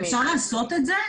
אפשר לעשות את זה?